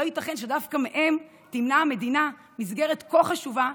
לא ייתכן שדווקא מהם תמנע המדינה מסגרת כה חשובה,